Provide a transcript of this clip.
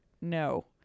No